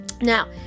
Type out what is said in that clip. Now